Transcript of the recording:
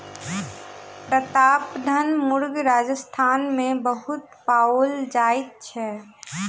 प्रतापधन मुर्ग राजस्थान मे बहुत पाओल जाइत छै